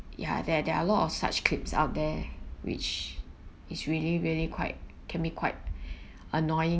ya there there are a lot of such clips out there which is really really quite can be quite annoying